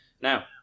now